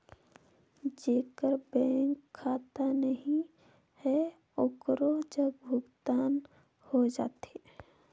जेकर बैंक खाता नहीं है ओकरो जग भुगतान हो जाथे?